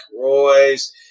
Roy's